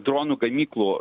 dronų gamyklų